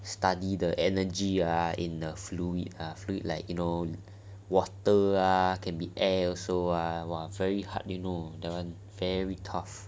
study the energy are in a fluid or fluid like you know water are can be a also ah !wah! very hard you know that one very tough